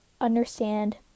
understand